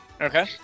Okay